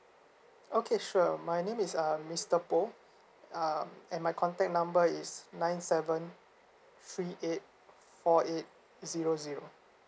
okay sure my name is um mister poh um and my contact number is nine seven three eight four eight zero zero